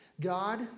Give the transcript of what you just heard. God